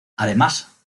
además